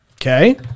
okay